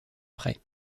prêt